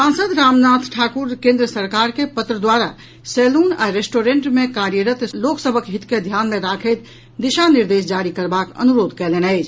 सांसद रामनाथ ठाकुर केन्द्र सरकार के पत्र द्वारा सैलून आ रेस्टूरेंट मे कार्यरत लोक सभक हित के ध्यान मे राखैत दिशा निर्देश जारी करबाक अनुरोध कयलनि अछि